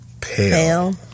Pale